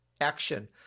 action